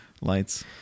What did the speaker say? lights